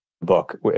book